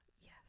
Yes